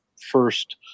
first